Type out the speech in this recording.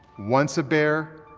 once a bear,